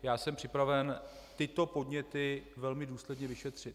Já jsem připraven tyto podněty velmi důsledně vyšetřit.